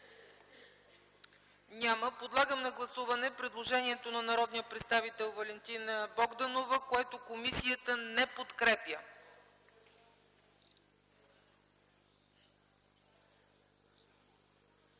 Няма. Подлагам на гласуване предложението на народния представител Валентина Богданова, което комисията не подкрепя.